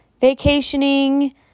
vacationing